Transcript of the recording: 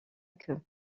queue